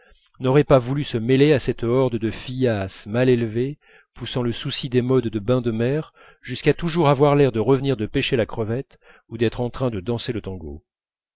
n'auraient pas voulu se mêler à cette horde de fillasses mal élevées poussant le souci des modes de bains de mer jusqu'à toujours avoir l'air de revenir de pêcher la crevette ou d'être en train de danser le tango